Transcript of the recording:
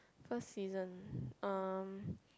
first season um